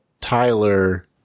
Tyler